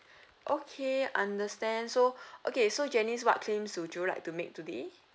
okay understand so okay so janice what claims would you like to make today